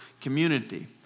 community